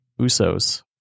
Usos